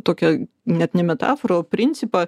tokią net ne metaforą o principą